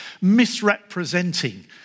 misrepresenting